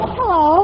Hello